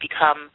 become